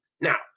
Now